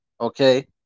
Okay